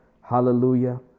hallelujah